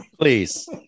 Please